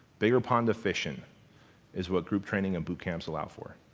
bigger pond to fish in is what group training and boot camps allow for.